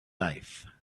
life